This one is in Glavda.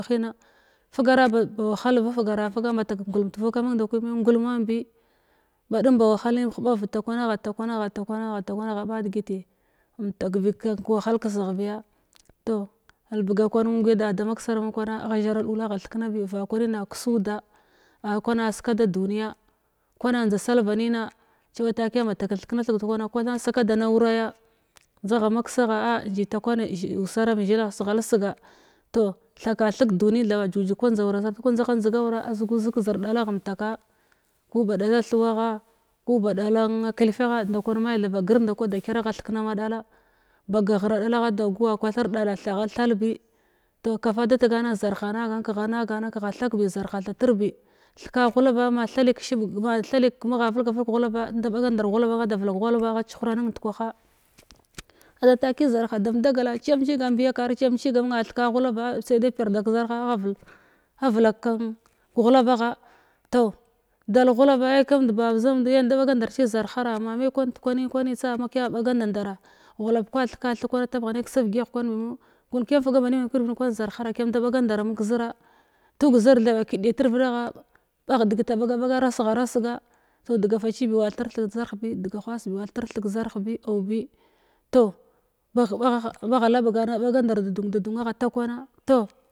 Kwahina fugara baba wahal bafgaya fuga mbatak ngulm tuvuk amung ndawki me ngul man be badum ba wahalin heɓav takwa agha takwan agha takwana agha takwana agha ɓa degiti mtakbi kan kawahal kesigh biya toh elbaga in guya da da maksara mung kwana agha zhara ɗula agha theknabi vakwanina kessudi ah kwana áskada duniya kwana njda sal banima cewa takiya mbatak in thekna thig takwana kwana sakada nauraya njdagha áh takwane zi usaram zhilagh seghal sega toh thaka theg duni thaɓa jujig kwan njdawura sar takwan njdghan njdegan wara a zugu zeg ka zir dalagh mtaka ku ba ɗala thuwagha ku ba ɗakan kilfa ndakwan mathia bi ba gar nda kwa da kyar aga thekəna ma ɗala ba gaghra ɗala agha da guwa kwathir ɗala-th ɗala thalbi toh kafa da tegana zarha nagan kagha na gana kegha lakbi zarha thatirbi tjeka ghulaba ma thali keshiɓa ma-thali-ke magha velga velg kəghulaba inda ɓaga ndar keghulaba ada vela kaghukaba a chuhuranim ndekwaha ada taki zarha dam dagila ciyam ciga mbiya kar ciyam aga munna theka ghulaba sai de a piyar da kəzarha avel-avelak-kan avela kan ghulaba bab zamnduya ai inda ɓaga ndir ci zar hara ma me kwnan ndekwanim kwani tsa makiya ɓaga nda dara ghulab kwa theka thig kwana tapgha ne kəsavgyagh kwan bimokiyam fuga ba nimyam kirivid kwan zarhara kiyam da baga ndara num kəzira tug zir thaɓa kiɗɗira tirvidagha ɓagh degita a ɓaga ɓa radgha rasga toh dega facibi wa thitr theg kəzarh theg kəzarh bi cubi toh bagh bagha laɓga na baga ndar dun da dum agha takwana